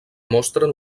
mostren